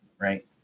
right